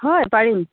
হয় পাৰিম